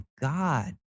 god